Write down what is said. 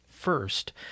first